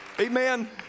amen